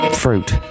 Fruit